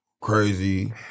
crazy